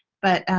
but